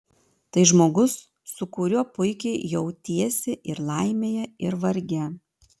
tai žmogus su kuriuo puikiai jautiesi ir laimėje ir varge